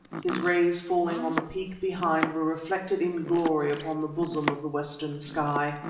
his rays falling on the peak behind were reflected in glory upon the bosom of the western sky.